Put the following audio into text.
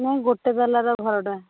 ନାଇଁ ଗୋଟେ ତାଲା ର ଘରଟା